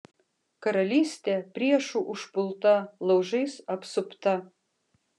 karalystė priešų užpulta laužais apsupta